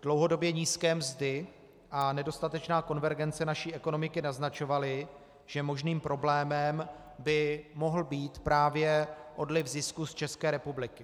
Dlouhodobě nízké mzdy a nedostatečná konvergence naší ekonomiky naznačovaly, že možným problémem by mohl být právě odliv zisků z České republiky.